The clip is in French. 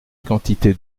quantité